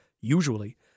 usually